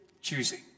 choosing